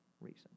reason